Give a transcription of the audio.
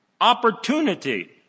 opportunity